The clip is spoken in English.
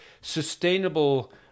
sustainable